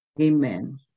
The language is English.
Amen